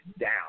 down